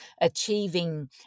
achieving